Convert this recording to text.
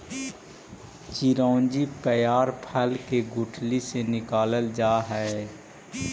चिरौंजी पयार फल के गुठली से निकालल जा हई